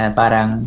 parang